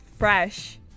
fresh